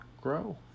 grow